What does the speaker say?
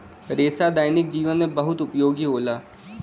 रेसा दैनिक जीवन में बहुत उपयोगी होला